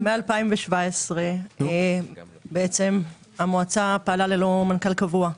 משנת 2017 המועצה פעלה ללא מנכ"ל קבוע.